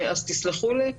אז תסלחו לי,